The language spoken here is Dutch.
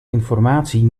informatie